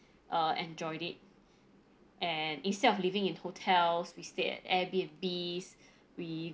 uh enjoyed it and instead of living in hotels we stayed at Airbnbs we